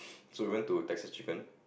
so we went to Texas-Chicken